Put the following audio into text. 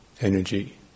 energy